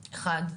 אחת,